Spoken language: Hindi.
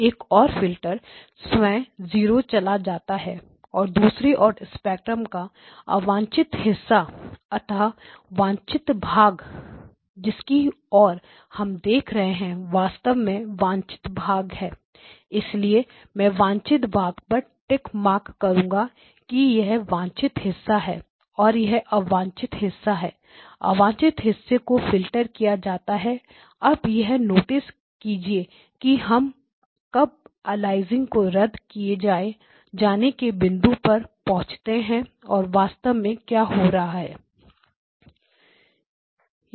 एक और फिल्टर स्वयं 0 चला जाता है और दूसरी ओर स्पेक्ट्रम का अवांछित हिस्सा अतः अवांछित भाग जिसकी ओर हम देख रहे हैं वास्तव में वह वांछित भाग है इसलिए मैं वांछित भाग पर टिक मार्क करूंगा कि यह वांछित हिस्सा है और यह अवांछित हिस्सा है अवांछित हिस्सा को फ़िल्टर किया जाता है अब यह नोटिस कीजिए कि हम कब अलियासिंग को रद्द किए जाने के बिंदु पर पहुंचते हैं और वास्तव में क्या हो रहा है